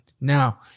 Now